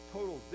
Total